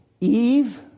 Eve